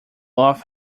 off